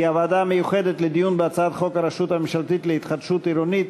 כי הוועדה המיוחדת לדיון בהצעת חוק הרשות הממשלתית להתחדשות עירונית